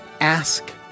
ask